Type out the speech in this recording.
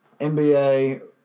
NBA